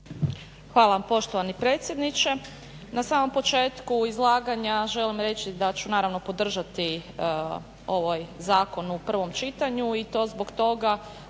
Hvala poštovani predsjedniče. Na samom početku izlaganja želim reći da ću naravno podržati ovaj zakon u prvom čitanju i to zbog toga,